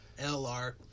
LR